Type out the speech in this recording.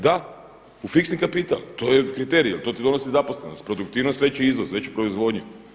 Da, u fiksni kapital, to je kriterij jel' to ti donosi zaposlenost, produktivnost veći izvoz, veću proizvodnju.